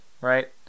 right